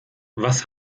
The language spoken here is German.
was